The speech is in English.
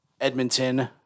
Edmonton